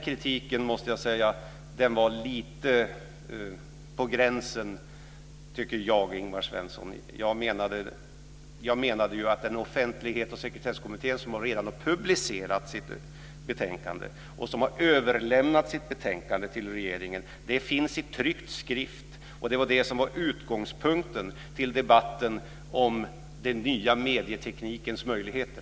Jag måste därför säga att Ingvar Svenssons kritik inte är berättigad. Offentlighets och sekretesskommittén har redan publicerat sitt betänkande och överlämnat det till regeringen. Det föreligger som tryckt skrift, och det är utgångspunkten för debatten om den nya medieteknikens möjligheter.